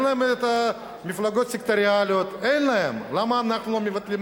אין להם מפלגות סקטוריאליות.